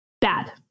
bad